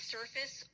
surface